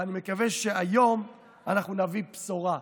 ואני מקווה שהיום אנחנו נביא בשורה.